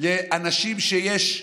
לאנשים שיש להם